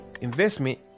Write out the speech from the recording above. investment